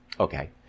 Okay